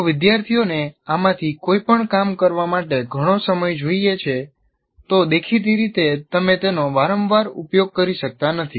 જો વિદ્યાર્થીઓને આમાંથી કોઈ પણ કામ કરવા માટે ઘણો સમય જોઈએ છે તો દેખીતી રીતે તમે તેનો વારંવાર ઉપયોગ કરી શકતા નથી